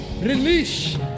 Release